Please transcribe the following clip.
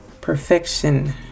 Perfection